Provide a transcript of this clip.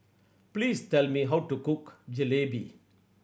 please tell me how to cook Jalebi